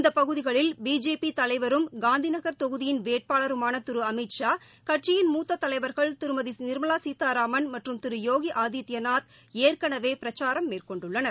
இந்த பகுதிகளில் பிஜேபி தலைவரும் காந்திநகர் தொகுதியின் வேட்பாளருமான திரு அமீத் ஷா கட்சியின் மூத்த தலைவர்க்ள திருமதி நிர்மலா சீதாராமன் மற்றும் திரு யோகி ஆதித்ய நாத் ஏற்கனவே பிரக்சாரம் மேற்கொண்டுள்ளனர்